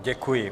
Děkuji.